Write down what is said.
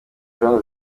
jean